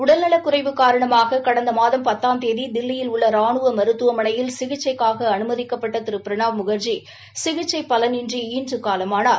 உடல்நலக் குறைவு காரணமாக கடந்த பத்தாம் தேதி தில்லியில் உள்ள ராணுவ மருத்துவமனையில் சிகிச்சைக்காக அனுமதிக்கப்பட்ட திரு பிரணாப் முகர்ஜி சிகிச்சை பலனின்றி இன்று காலமானார்